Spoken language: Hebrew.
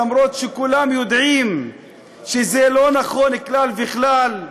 למרות שכולם יודעים שזה לא נכון כלל וכלל,